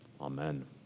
amen